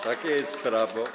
Takie jest prawo.